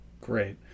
Great